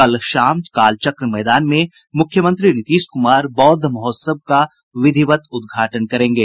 कल शाम कालचक्र मैदान में मुख्यमंत्री नीतीश कुमार बौद्ध महोत्सव का विधिवत उद्घाटन करेंगे